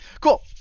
Cool